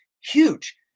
huge